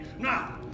Now